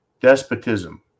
Despotism